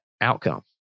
outcome